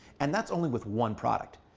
and that's only with one product.